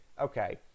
okay